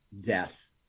death